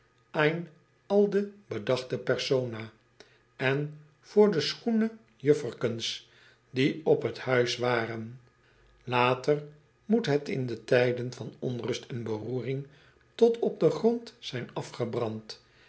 ein alde bedachte persona en voor de schoene jufferkens die op het huis waren ater moet het in de tijden van onrust en beroering tot op den grond zijn afgebrand